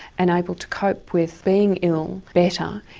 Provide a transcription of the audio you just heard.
and able to cope with being ill better,